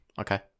Okay